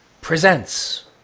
Presents